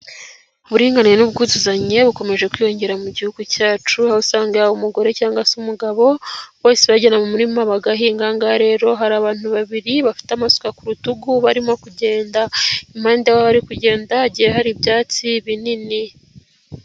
Uburinganire n'ubwuzuzanye bukomeje kwiyongera mu gihugu cyacu, aho usanga umugore cyangwa se umugabo bose bagenda mu murima bagahingaga, rero hari abantu babiri bafite amasuka ku rutugu barimo kugenda impande bari kugenda hari ibyatsi binini.